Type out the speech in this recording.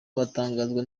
batangazwa